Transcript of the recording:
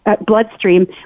bloodstream